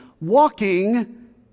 walking